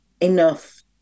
enough